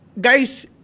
guys